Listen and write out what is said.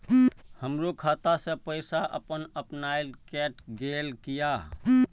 हमरो खाता से पैसा अपने अपनायल केट गेल किया?